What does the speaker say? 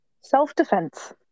Self-defense